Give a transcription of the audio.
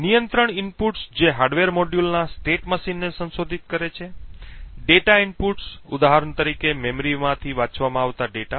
નિયંત્રણ ઇનપુટ્સ જે હાર્ડવેર મોડ્યુલના સ્ટેટ મશીનને સંશોધિત કરે છે ડેટા ઇનપુટ્સ ઉદાહરણ તરીકે મેમરીમાંથી વાંચવામાં આવતા ડેટા